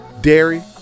dairy